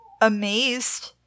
amazed